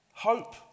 Hope